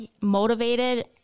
motivated